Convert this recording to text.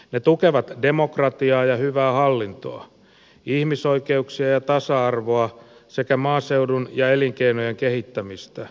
ne tukevat demokratiaa ja hyvää hallintoa ihmisoikeuksia ja tasa arvoa sekä maaseudun ja elinkeinojen kehittämistä